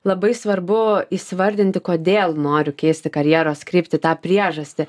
labai svarbu įsivardinti kodėl noriu keisti karjeros kryptį tą priežastį